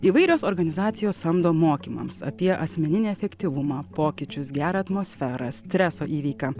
įvairios organizacijos samdo mokymams apie asmeninį efektyvumą pokyčius gerą atmosferą streso įveiką